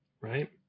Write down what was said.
right